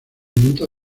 monta